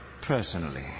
Personally